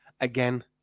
again